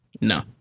No